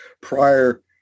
prior